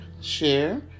share